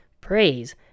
Praise